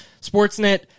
Sportsnet